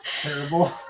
terrible